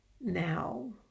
Now